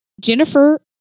Jennifer